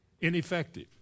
ineffective